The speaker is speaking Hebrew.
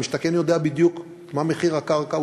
המשתכן יודע בדיוק מה מחיר הקרקע,